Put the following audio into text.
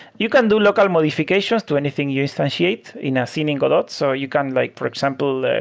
you can do local modifications to anything you instantiate in a scene in godot. ah so you can like, for example, like